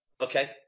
Okay